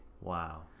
wow